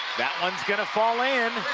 that one's going to fall in,